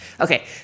Okay